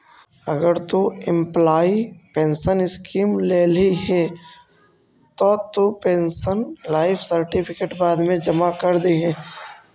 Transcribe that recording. अगर तु employee pension scheme लेल्ही हे त तु पेंशनर लाइफ सर्टिफिकेट बाद मे जमा कर दिहें